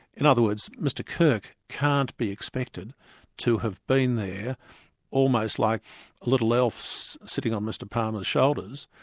in other words, mr kirk can't be expected to have been there almost like a little elf so sitting on mr palmer's shoulders,